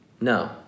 No